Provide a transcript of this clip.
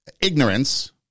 ignorance